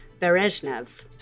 Berezhnev